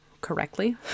correctly